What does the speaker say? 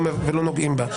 נוגעים בה,